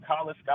college